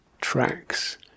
tracks